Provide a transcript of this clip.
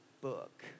book